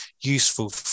useful